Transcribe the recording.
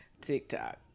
TikTok